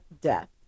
death